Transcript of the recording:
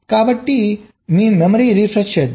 కాబట్టి మీ memory refresh చేద్దాం